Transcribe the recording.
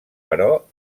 però